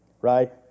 Right